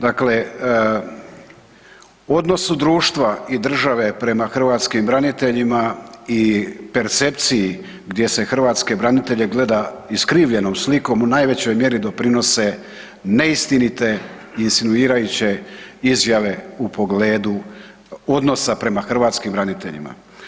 Dakle, odnosu društva i države prema hrvatskim braniteljima i percepciji gdje se hrvatske branitelje gleda iskrivljenom slikom, u najvećoj mjeri doprinose neistinite i insinuirajuće izjave u pogledu odnosa prema hrvatskim braniteljima.